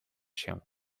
się